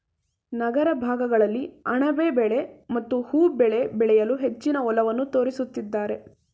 ನಗರ ಭಾಗಗಳಲ್ಲಿ ಅಣಬೆ ಬೆಳೆ ಮತ್ತು ಹೂವು ಬೆಳೆ ಬೆಳೆಯಲು ಹೆಚ್ಚಿನ ಒಲವನ್ನು ತೋರಿಸುತ್ತಿದ್ದಾರೆ